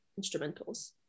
instrumentals